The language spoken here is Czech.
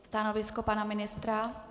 Stanovisko pana ministra?